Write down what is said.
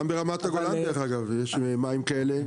גם ברמת הגולן יש מים כאלה,